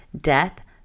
death